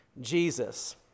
Jesus